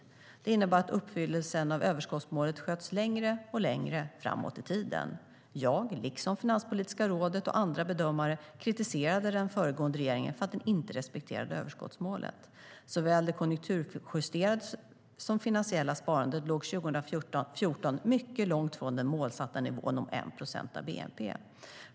Detta innebar att uppfyllelsen av överskottsmålet sköts längre och längre framåt i tiden. Jag liksom Finanspolitiska rådet och andra bedömare kritiserade den föregående regeringen för att den inte respekterade överskottsmålet. Såväl det konjunkturjusterade som det finansiella sparandet låg 2014 mycket långt från den målsatta nivån om 1 procent av bnp.